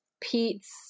Pete's